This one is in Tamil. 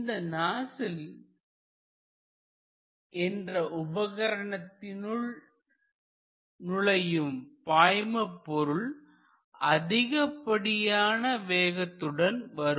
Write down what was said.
இந்த நாசில் என்ற உபகரணத்தினுள் நுழையும் பாய்மபொருள் அதிகப்படியான வேகத்துடன் வரும்